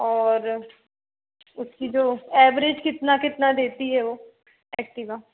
और उसकी जो एवरेज कितना कितना देती है वह एक्टिवा